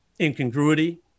incongruity